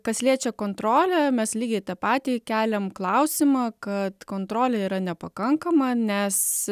kas liečia kontrolę mes lygiai tą patį keliam klausimą kad kontrolė yra nepakankama nes